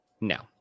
No